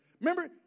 Remember